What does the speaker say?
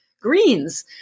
greens